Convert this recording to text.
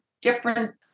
different